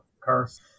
curse